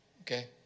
Okay